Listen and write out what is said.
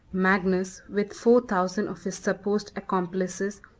magnus, with four thousand of his supposed accomplices,